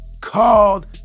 called